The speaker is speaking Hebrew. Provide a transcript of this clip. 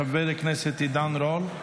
חבר הכנסת עידן רול,